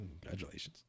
congratulations